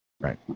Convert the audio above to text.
Right